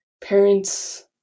parents